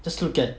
just look at